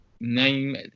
Name